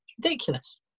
Ridiculous